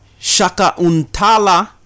Shakauntala